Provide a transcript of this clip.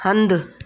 हंधु